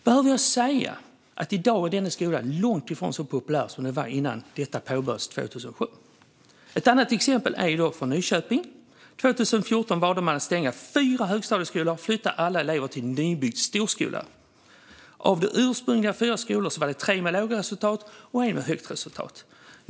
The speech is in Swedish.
Behöver jag säga att i dag är denna skola långt ifrån så populär som den var innan detta projekt påbörjades 2007? Ett annat exempel är från Nyköping, där man 2014 valde att stänga fyra högstadieskolor och flytta alla elever till en nybyggd storskola. Av de ursprungliga fyra skolorna hade tre låga resultat och en höga resultat.